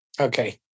Okay